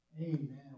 Amen